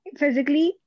physically